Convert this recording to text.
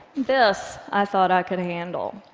this i thought i could handle.